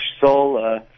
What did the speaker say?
Soul